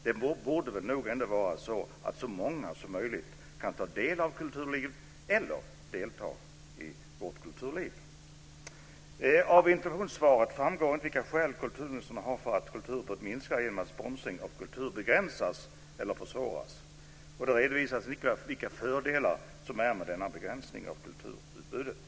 Det borde väl ändå vara så att så många som möjligt kan ta del av vårt kulturliv eller delta i det? Av interpellationssvaret framgår inte vilka skäl kulturministern har för att minska kulturutbudet genom att sponsring av kultur begränsas eller försvåras. Det redovisas vilka fördelar denna begränsning av kulturutbudet har.